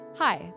Hi